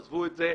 עזבו את זה,